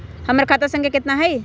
हमर खाता संख्या केतना हई?